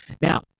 Now